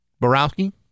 Borowski